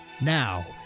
Now